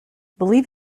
believe